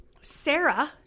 Sarah